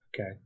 Okay